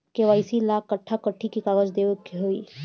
KYC ला कट्ठा कथी कागज देवे के होई?